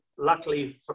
Luckily